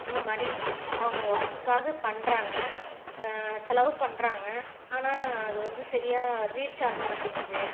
இந்த மாதிரி அவங்க ஒர்க்குகாக பண்ணுறாங்க செலவு பண்ணுறாங்க ஆனால் அது வந்து சரியா ரீச் ஆகா மாட்டிங்கிது